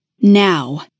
Now